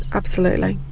absolutely.